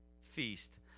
feast